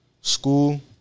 School